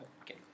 Okay